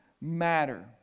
matter